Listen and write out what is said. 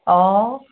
অ